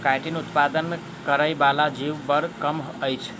chitin उत्पन्न करय बला जीव बड़ कम अछि